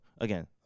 again